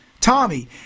Tommy